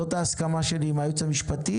זאת ההסכמה שלי עם היועץ המשפטי,